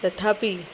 तथापि